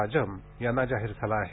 राजम यांना जाहीर झाला आहे